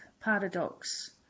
Paradox